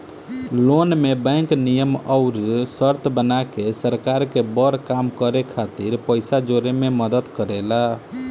loan में bank नियम अउर शर्त बना के सरकार के बड़ काम खातिर पइसा जोड़े में मदद करेला